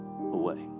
away